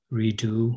redo